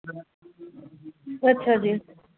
अच्छा जी